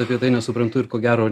apie tai nesuprantu ir ko gero